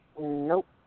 Nope